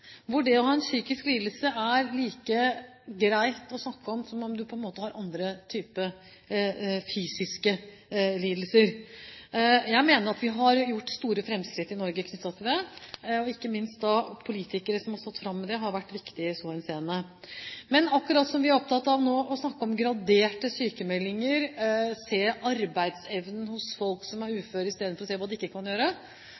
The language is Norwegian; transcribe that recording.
det å ha en psykisk lidelse er like greit å snakke om som det at man har andre typer, fysiske lidelser. Jeg mener at vi har gjort store framskritt i Norge på det området, og ikke minst har politikere som har stått fram med det, vært viktige i så henseende. Men akkurat som vi nå er opptatt av å snakke om graderte sykmeldinger, se arbeidsevnen hos folk som er